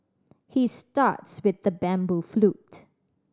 he starts with the bamboo flute